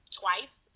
twice